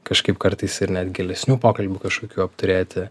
kažkaip kartais ir net gilesnių pokalbių kažkokių apturėti